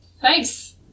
thanks